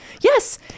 Yes